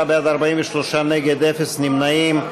34 בעד, 43 נגד, אפס נמנעים.